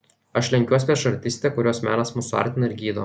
aš lenkiuos prieš artistę kurios menas mus suartina ir gydo